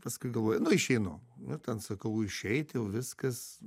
paskui galvoju išeinu nu ten sakau išeit jau viskas